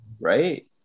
right